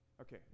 Okay